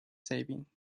saving